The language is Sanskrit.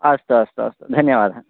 अस्तु अस्तु अस्तु धन्यवादः